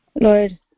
Lord